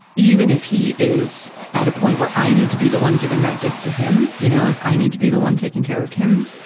even if he is at a point where i need to be the one giving that gift to him, you know, if i need to be the one taking care of him,